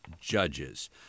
judges